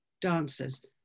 dancers